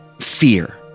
fear